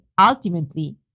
ultimately